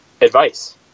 advice